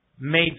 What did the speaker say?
made